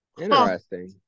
Interesting